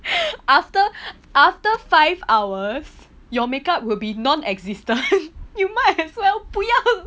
after after five hours your make up will be non existent you might as well 不要